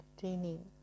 training